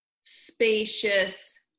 spacious